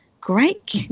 great